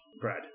Brad